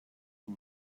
you